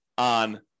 on